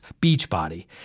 Beachbody